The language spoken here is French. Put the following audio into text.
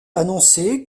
annoncé